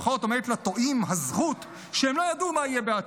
לפחות עומדת לטועים הזכות שלא ידעו מה יהיה בעתיד.